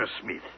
Smith